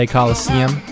Coliseum